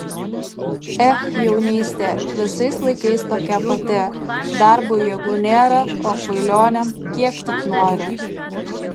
ech jaunystė visais laikais tokia pati darbui jėgų nėra o kvailionėm kiek tik nori